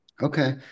Okay